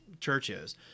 churches